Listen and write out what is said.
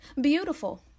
beautiful